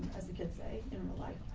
as the kids say, in real life,